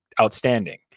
outstanding